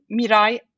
mirai